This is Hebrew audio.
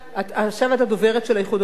עכשיו את הדוברת של האיחוד הלאומי.